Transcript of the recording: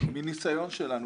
מניסיון שלנו,